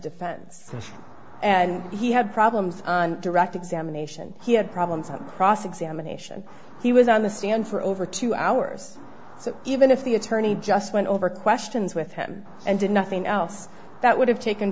defense and he had problems on direct examination he had problems on cross examination he was on the stand for over two hours so even if the attorney just went over questions with him and did nothing else that would have